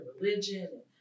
religion